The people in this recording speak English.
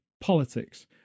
politics